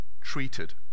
treated